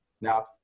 now